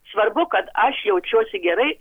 svarbu kad aš jaučiuosi gerai